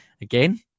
Again